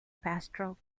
pastoral